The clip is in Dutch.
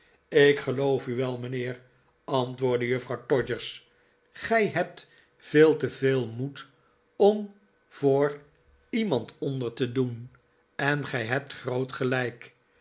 ik geloof u wel mijnheer antwoordde juffrouw todgers gij hebt veel te veel juffrouw todgers moeiltjkheden moed om voor iemand onder te doen en gij hebt groot gelijk